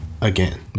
again